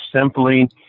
simply